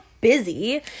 busy